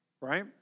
right